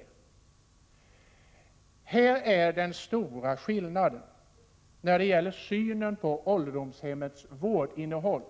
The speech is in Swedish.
I det här sammanhanget finns den stora skillnaden i synen på ålderdomshemmens vårdinnehåll